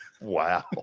Wow